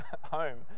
home